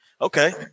okay